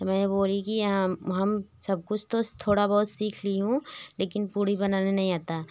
तो मैं बोली कि हाँ हम सब कुछ तो थोड़ा बहुत सीख ली हूँ लेकिन पूड़ी बनाने नहीं आता